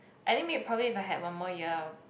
I think m~ probably if I had one more year I'll